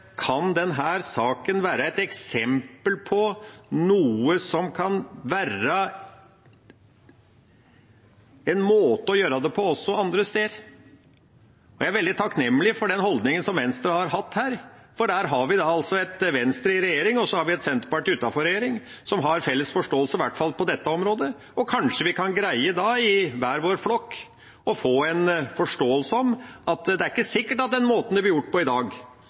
saken kan være et eksempel på en måte å gjøre det på også andre steder. Jeg er veldig takknemlig for den holdningen Venstre har hatt, for her har vi et Venstre i regjering og et Senterparti utenfor regjering som har en felles forståelse i hvert fall på dette området, og kanskje kan vi da i hver vår flokk greie å få en forståelse av at det ikke er sikkert at den måten det blir gjort på i dag,